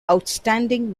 outstanding